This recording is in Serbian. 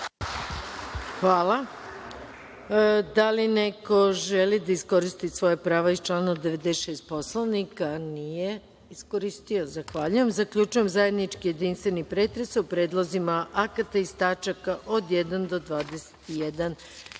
Hvala. Da li neko želi da iskroristi svoje pravo iz člana 96. Poslovnika, a nije iskoristio? (Ne.)Zaključujem zajednički jedinstveni pretres o predlozima akata iz tačaka od 1. do 21.